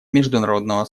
международного